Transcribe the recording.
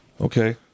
Okay